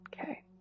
Okay